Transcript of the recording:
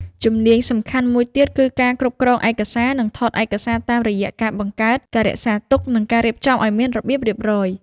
ជំនាញសំខាន់មួយទៀតគឺការគ្រប់គ្រងឯកសារនិងថតឯកសារតាមរយៈការបង្កើត ការរក្សាទុក និងការរៀបចំឱ្យមានរបៀបរៀបរយ។